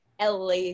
la